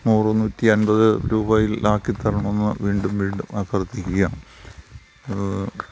നൂറും നൂറ്റി അൻപത് രൂപയിൽ ആക്കിത്തരണമെന്ന് വീണ്ടും വീണ്ടും അഭ്യർത്ഥിക്കുകയാണ്